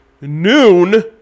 noon